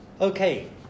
Okay